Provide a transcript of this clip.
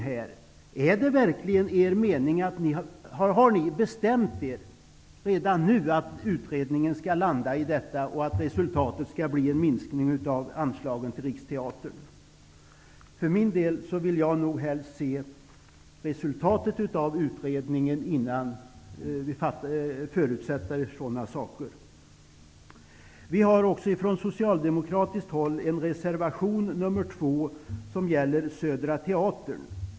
Har ni redan nu bestämt er för att utredningen skall landa i en minskning av anslagen till Riksteatern. För min del vill jag nog helst se resultatet av utredningen innan något sådant förutsätts. Vi har också från socialdemokratiskt håll en reservation nr 2 som gäller Södra teatern.